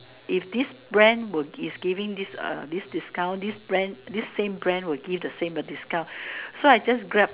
if this brand will is giving this uh discount this brand this same brand will give the same discount so I just Grab